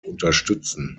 unterstützen